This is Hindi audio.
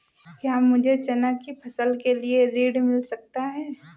क्या मुझे चना की फसल के लिए ऋण मिल सकता है?